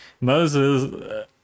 Moses